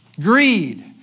Greed